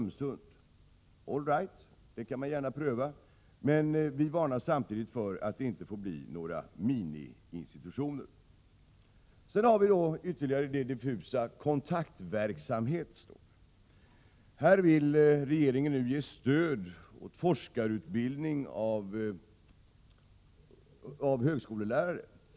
All right, det kan man gärna pröva, men vi varnar samtidigt för att det inte får bli miniinstitutioner. Så har vi ytterligare ett diffust område, kontaktverksamhet. Regeringen vill ge 4,6 milj.kr. som stöd till forskarutbildning av högskolelärare.